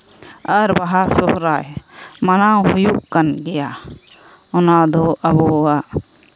ᱟᱨ ᱵᱟᱦᱟ ᱥᱚᱦᱚᱨᱟᱭ ᱢᱟᱱᱟᱣ ᱦᱩᱭᱩᱜ ᱠᱟᱱ ᱜᱮᱭᱟ ᱚᱱᱟ ᱫᱚ ᱟᱵᱚᱣᱟᱜ